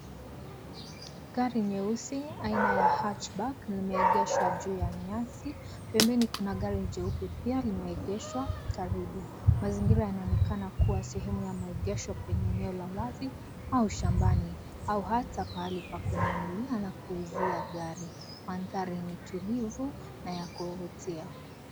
Gari nyeusi aina ya hatchback limeegeshwa juu ya nyasi. Pembeni kuna gari jeupe pia limeegeshwa karibu. Mazingira yanaonekana kuwa sehemu ya maegesho kwenye eneo la nyasi au shambani au ata pahali pa kununilia au kuuzia gari. Mandhari ni tulivu au ya kuvutia.